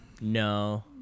No